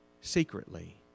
secretly